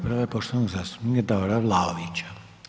Prva je poštovanog zastupnika Davora Vlaovića.